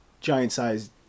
giant-sized